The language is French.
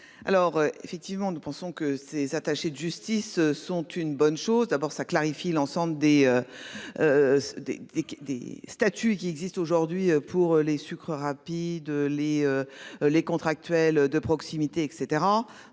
Alors effectivement, nous pensons que ces attachés de justice sont une bonne chose, d'abord ça clarifie l'ensemble des. Des des des statuts qui existent aujourd'hui pour les sucres rapides les. Les contractuels de proximité et